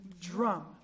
drum